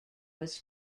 was